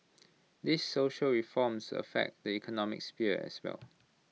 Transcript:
these social reforms affect the economic sphere as well